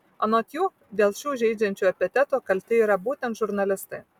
anot jų dėl šių žeidžiančių epitetų kalti yra būtent žurnalistai